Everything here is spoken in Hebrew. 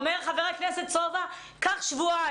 ואומר חבר הכנסת סובה קח שבועיים.